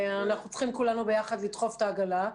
אנחנו צריכים כולנו ביחד לדחוף את העגלה.